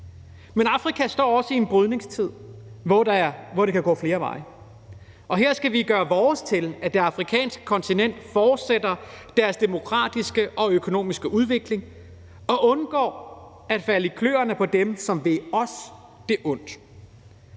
Men Afrika står også i en brydningstid, hvor det kan gå flere veje, og her skal vi gøre vores til, at det afrikanske kontinent fortsætter sin demokratiske og økonomiske udvikling og undgår at falde i kløerne på dem, som vil os det ondt.